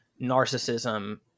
narcissism